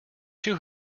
too